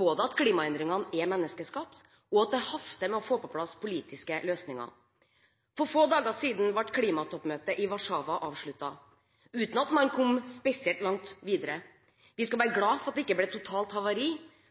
både at klimaendringene er menneskeskapt, og at det haster med å få på plass politiske løsninger. For få dager siden ble klimatoppmøtet i Warszawa avsluttet uten at man hadde kommet spesielt langt – vi skal være glad for at det ikke ble totalt havari.